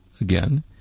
again